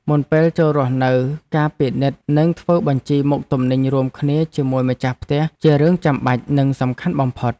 មុនពេលចូលរស់នៅការពិនិត្យនិងធ្វើបញ្ជីមុខទំនិញរួមគ្នាជាមួយម្ចាស់ផ្ទះជារឿងចាំបាច់និងសំខាន់បំផុត។